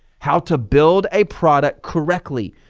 how to build a product correctly,